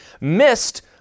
missed